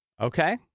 Okay